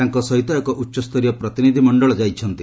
ତାଙ୍କ ସହିତ ଏକ ଉଚ୍ଚସ୍ତରୀୟ ପ୍ରତିନିଧ୍ୟମଣ୍ଡଳି ଯାଇଛନ୍ତି